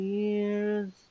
years